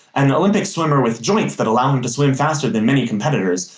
an olympic swimmer with joints that allow him to swim faster than many competitors,